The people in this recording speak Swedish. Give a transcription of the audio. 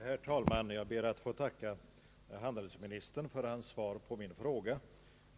Herr talman! Jag ber att få tacka handelsministern för hans svar på min fråga.